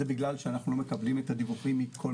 זה בגלל שאנחנו לא מקבלים את הדיווחים מכל